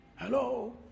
Hello